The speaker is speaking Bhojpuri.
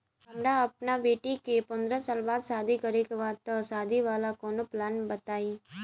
हमरा अपना बेटी के पंद्रह साल बाद शादी करे के बा त शादी वाला कऊनो प्लान बताई?